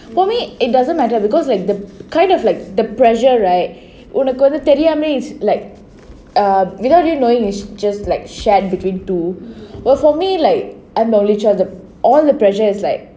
for me it doesn't matter because like the kind of like the pressure right உனக்கு வந்து தெரியாமயே:unakku vandhu theriamayae is like err you know just knowing like it's shared between two but for me like I'm the only child the all the pressure is like